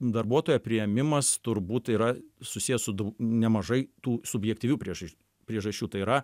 darbuotojo priėmimas turbūt yra susijęs su dau nemažai tų subjektyvių priežasčių priežasčių tai yra